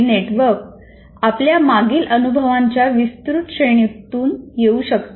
हे नेटवर्क आपल्या मागील अनुभवांच्या विस्तृत श्रेणीतून येऊ शकते